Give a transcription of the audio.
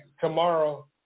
tomorrow